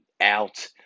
out